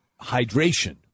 Hydration